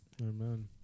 Amen